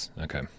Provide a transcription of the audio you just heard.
Okay